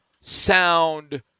sound